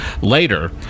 Later